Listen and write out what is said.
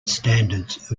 standards